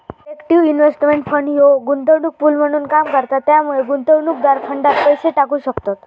collective investment fund ह्यो गुंतवणूक pool म्हणून काम करता त्यामुळे गुंतवणूकदार फंडात पैसे टाकू शकतत